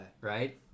right